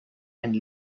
and